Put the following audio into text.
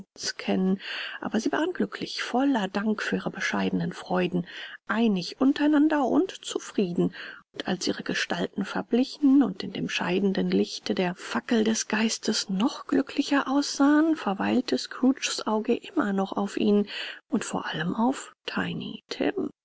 kennen aber sie waren glücklich voller dank für ihre bescheidenen freuden einig untereinander und zufrieden und als ihre gestalten verblichen und in dem scheidenden lichte der fackel des geistes noch glücklicher aussahen verweilte scrooges auge immer noch auf ihnen und vor allem auf